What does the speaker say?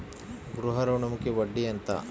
గృహ ఋణంకి వడ్డీ ఎంత?